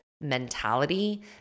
mentality